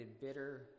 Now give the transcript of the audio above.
bitter